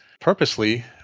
purposely